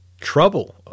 trouble